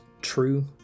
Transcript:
true